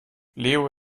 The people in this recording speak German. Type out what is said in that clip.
leo